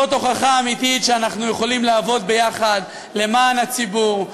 זאת הוכחה אמיתית שאנחנו יכולים לעבוד ביחד למען הציבור,